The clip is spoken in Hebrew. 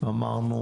אמרנו.